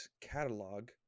catalog